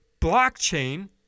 blockchain